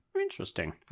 interesting